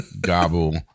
Gobble